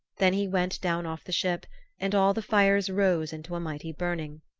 then he went down off the ship and all the fires rose into a mighty burning.